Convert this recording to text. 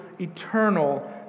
eternal